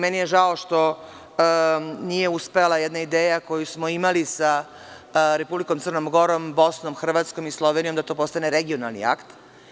Meni je žao što nije uspela jedna ideja koju smo imali sa Republikom Crnom Gorom, Bosnom, Hrvatskom i Slovenijom, da to postane regionalni akt.